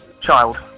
Child